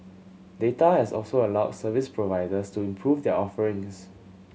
data has also allowed service providers to improve their offerings